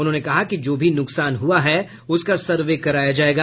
उन्होंने कहा कि जो भी नुकसान हुआ है उसका सर्वे कराया जायेगा